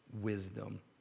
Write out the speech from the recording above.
wisdom